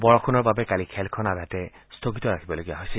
বৰষুণৰ বাবে কালি খেলখন আধাতে স্থগিত ৰাখিবলগীয়া হৈছিল